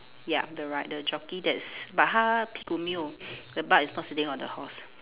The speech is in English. ya the ri~ the jockey that's but 他屁股没有 the butt is not sitting on the horse